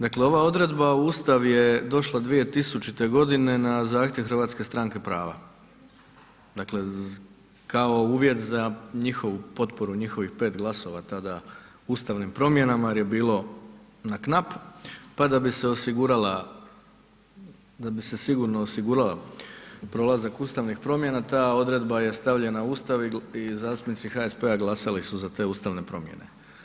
Dakle, ova odredba u Ustav je došla 2000. godine na zahtjev HSP-a, dakle kao uvjet za njihovu potporu njihovih 5 glasova tada ustavnim promjenama jer je bilo na knap, pa da bi se osigurala, da bi se sigurno osigurala prolazak ustavnih promjena ta odredba je stavljena u Ustav i zastupnici HSP-a glasali su za te ustavne promjene.